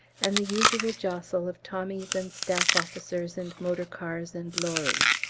and the usual jostle of tommies and staff officers and motor-cars and lorries.